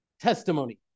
testimony